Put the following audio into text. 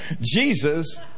Jesus